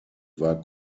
war